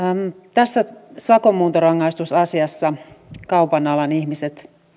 tässä sakon muuntorangaistusasiassa kaupan alan ihmiset